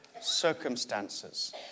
circumstances